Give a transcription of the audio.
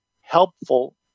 helpful